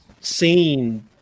seen